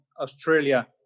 Australia